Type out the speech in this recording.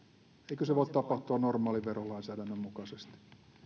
eikö se voi tapahtua normaalin verolainsäädännön mukaisesti